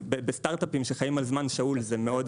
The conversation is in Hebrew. בסטארט-אפים שחיים על זמן שאול זה מאוד